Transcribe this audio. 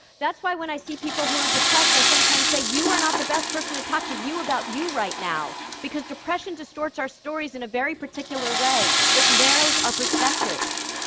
that's why, when i see people who are depressed, i sometimes say, you are not the best person to talk to you about you right now, because depression distorts our stories in a very particular way. it narrows our perspectives.